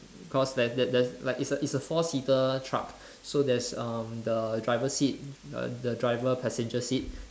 cause there's there's there's like is a is a four seater truck so there's um the driver seat the the driver passenger seat